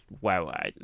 wow